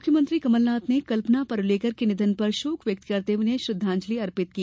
मुख्यमंत्री कमलनाथ ने कल्पना परूलेकर के निधन पर शोक व्यक्त करते हुए उन्हें श्रद्धांजलि दी